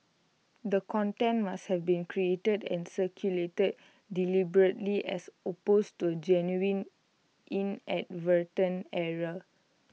the content must have been created and circulated deliberately as opposed to A genuine inadvertent error